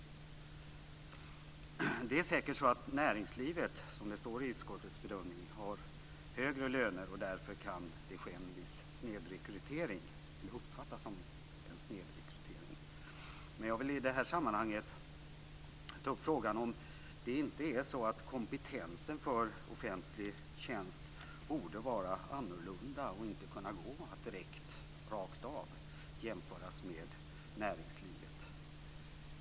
Det är säkert så att näringslivet som det står i utskottets bedömning har högre löner och att det därför kan uppfattas som en viss snedrekrytering. Jag vill i det här sammanhanget ta upp frågan om ifall det inte är så att kompetensen för offentlig tjänst borde vara annorlunda och inte kunna gå att direkt rakt av jämföras med näringslivet.